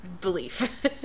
belief